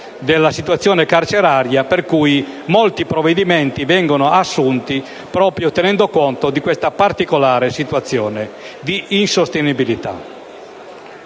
della situazione carceraria, per cui molti provvedimenti vengono assunti proprio tenendo conto di questa particolare situazione di insostenibilità.